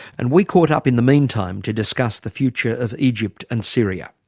and we caught up in the meantime to discuss the future of egypt and syria.